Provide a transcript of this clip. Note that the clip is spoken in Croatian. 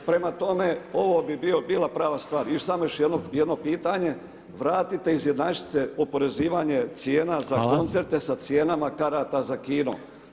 Prema tome, ovo bi bila prava stvar i samo još jedno pitanje vratite izjednačite oporezivanje cijena za koncerta [[Upadica: Hvala.]] sa cijenama karata za kino.